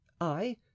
I